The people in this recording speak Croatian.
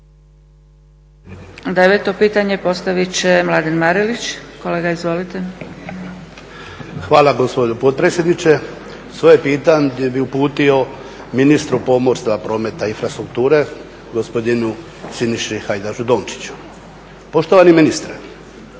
Hvala gospođo potpredsjednice. Svoje pitanje bih uputio ministru pomorstva, prometa i infrastrukture gospodinu Siniši Hajdaš Dončiću. Poštovani ministre,